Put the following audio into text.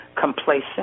complacent